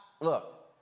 Look